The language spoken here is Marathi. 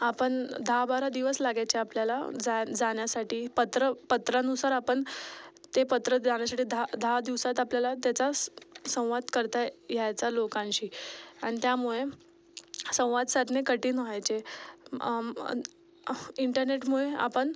आपण दहा बारा दिवस लागायचे आपल्याला जाय जाण्यासाठी पत्र पत्रानुसार आपण ते पत्र जाण्यासाठी दहा दहा दिवसात आपल्याला त्याचा स संवाद करता यायचा लोकांशी आणि त्यामुळे संवाद साधणे कठीण व्हायचे इंटरनेटमुळे आपण